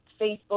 Facebook